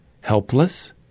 helpless